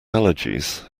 allergies